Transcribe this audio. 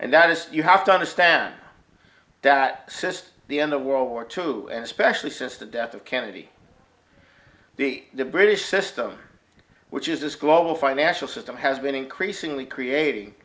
and that is you have to understand that system the end the world war two and especially since the death of kennedy the british system which is this global financial system has been increasingly creating